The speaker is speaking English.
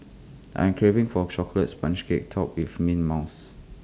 I am craving for A Chocolate Sponge Cake Topped with mint mouse